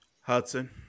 Hudson